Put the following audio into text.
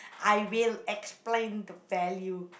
I will explain the value